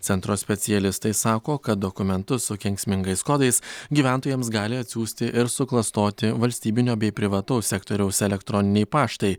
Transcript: centro specialistai sako kad dokumentus su kenksmingais kodais gyventojams gali atsiųsti ir suklastoti valstybinio bei privataus sektoriaus elektroniniai paštai